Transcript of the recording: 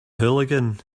hooligan